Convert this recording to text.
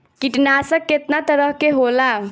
कीटनाशक केतना तरह के होला?